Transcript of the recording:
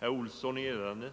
på föredragningslistan.